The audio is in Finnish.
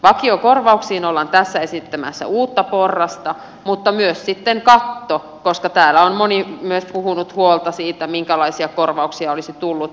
vakiokorvauksiin ollaan tässä esittämässä uutta porrasta mutta myös sitten katto koska täällä on moni myös kantanut huolta siitä minkälaisia korvauksia olisi tullut